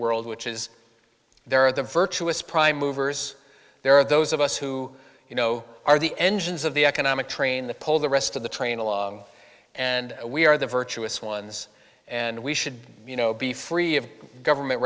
world which is there are the virtuous prime movers there are those of us who you know are the engines of the economic train the pull the rest of the train along and we are the virtuous ones and we should you know be free of government